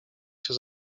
się